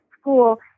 school